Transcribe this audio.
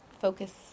focus